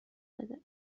بده